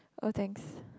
oh thanks